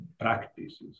practices